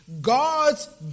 God's